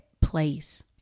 place